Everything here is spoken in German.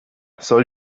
soll